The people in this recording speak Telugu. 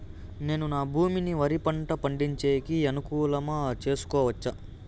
నేను నా భూమిని వరి పంట పండించేకి అనుకూలమా చేసుకోవచ్చా?